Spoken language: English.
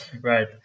right